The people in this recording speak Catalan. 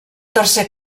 tercer